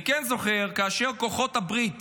אני כן זוכר שכאשר כוחות הברית